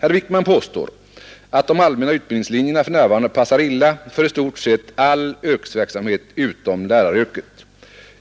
Herr Wijkman påstår att de allmänna utbildningslinjerna för närvarande passar illa för i stort sett all yrkesverksamhet utom läraryrket.